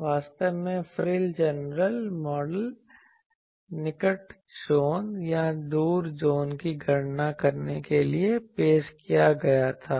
वास्तव में फ्रिल जनरेटर मॉडल निकट जोन या दूर जोन की गणना करने के लिए पेश किया गया था